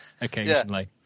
occasionally